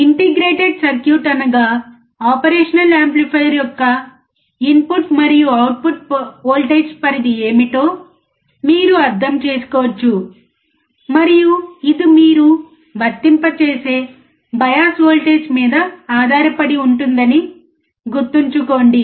integrated circuit అనగా operational amplifier యొక్క input మరియు అవుట్పుట్ వోల్టేజ్ పరిధి ఏమిటో మీరు అర్థం చేసుకోవచ్చు మరియు ఇది మీరు వర్తించే బయాస్ వోల్టేజ్ మీద ఆధారపడి ఉంటుందని గుర్తుంచుకోండి